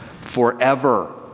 Forever